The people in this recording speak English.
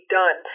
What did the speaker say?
done